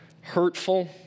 hurtful